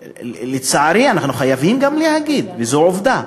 לצערי, אנחנו חייבים גם להגיד וזו עובדה,